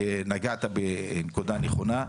נגעת בנקודה נכונה,